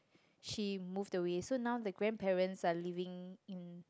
she moved away so now the grandparents are living in